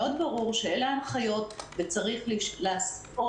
ברור מאוד שאלו הן ההנחיות וצריך לפעול